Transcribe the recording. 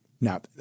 Now